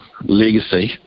legacy